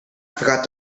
forgot